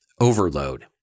overload